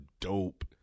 dope